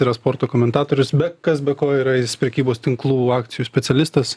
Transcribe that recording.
yra sporto komentatorius bet kas be ko yra jis prekybos tinklų akcijų specialistas